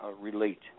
relate